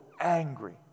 angry